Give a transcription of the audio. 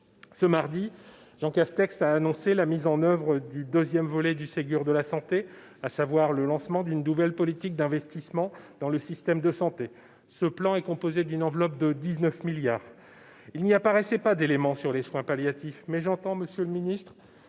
Ce mardi, Jean Castex a annoncé la mise en oeuvre du deuxième volet du Ségur de la santé, à savoir le « lancement d'une nouvelle politique d'investissements dans le système de santé ». Ce plan est composé d'une enveloppe de 19 milliards d'euros, mais les soins palliatifs n'y sont pas mentionnés. Monsieur le ministre,